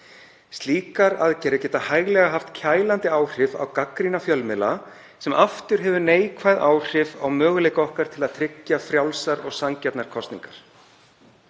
Slíkar aðgerðir geta hæglega haft kælandi áhrif á gagnrýna fjölmiðla sem aftur hefur neikvæð áhrif á möguleika okkar til að tryggja frjálsar og sanngjarnar kosningar.